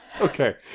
okay